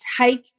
take